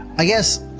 i guess,